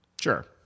Sure